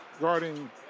guarding